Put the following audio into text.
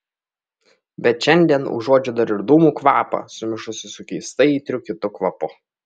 bet šiandien užuodžiu dar ir dūmų kvapą sumišusį su keistai aitriu kitu kvapu